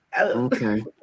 Okay